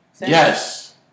yes